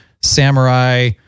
samurai